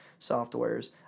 softwares